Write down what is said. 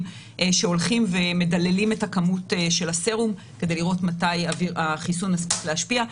שהולכים ומדללים את הכמות של הסרום כדי לראות מתי החיסון יספיק להשפיע.